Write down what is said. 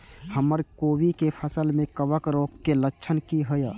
हमर कोबी के फसल में कवक रोग के लक्षण की हय?